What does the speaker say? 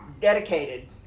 dedicated